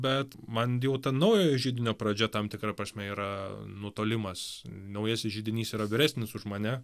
bet man jau ta naujojo židinio pradžia tam tikra prasme yra nutolimas naujasis židinys yra vyresnis už mane